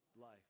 life